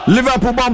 Liverpool